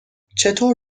چطور